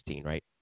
right